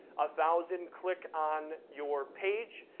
ah thousand click on your page,